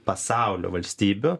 pasaulio valstybių